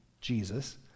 Jesus